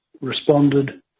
responded